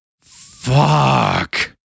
Fuck